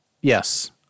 Yes